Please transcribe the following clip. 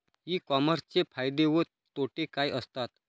E कॉमर्सचे फायदे व तोटे काय असतात?